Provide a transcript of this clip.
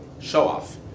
show-off